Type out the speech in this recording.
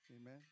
Amen